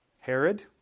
Herod